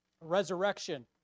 resurrection